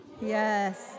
Yes